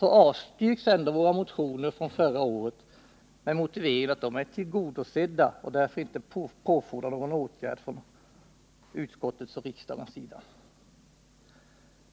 avstyrks ändå våra motioner från förra året med motiveringen att de är tillgodosedda och därför inte påfordrar någon åtgärd från utskottets och riksdagens sida.